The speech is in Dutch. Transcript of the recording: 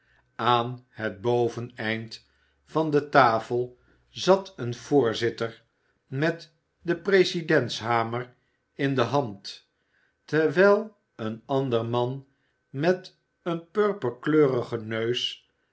aan het boveneind van de tafel zat een voorzitter met den presidents hamer in de hand terwijl een ander man met een purperkleurigen neus